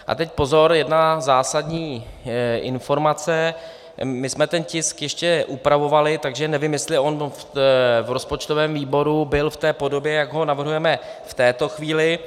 A teď pozor, jedna zásadní informace: My jsme ten tisk ještě upravovali, takže nevím, jestli on v rozpočtovém výboru byl v té podobě, jak ho navrhujeme v této chvíli.